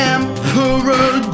Emperor